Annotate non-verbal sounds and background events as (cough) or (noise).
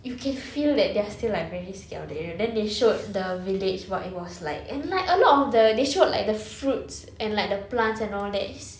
you (breath) can feel that they are still like very scared of that area then they showed the village what it was like and like a lot of the they showed like the fruits and like the plants and all that it's